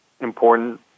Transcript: important